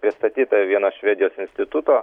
pristatyta vieno švedijos instituto